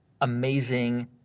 amazing